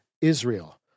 Israel